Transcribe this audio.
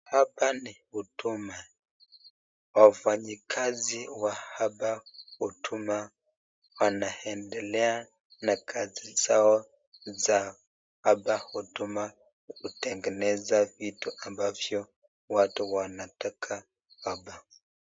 Hapa ni huduma. Wafanyakazi wa hapa huduma wanaendelea na kazi zao za hapa huduma , kutengeneza vitu ambavyo watu wanataka hapa.